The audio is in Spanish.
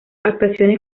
actuaciones